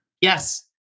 Yes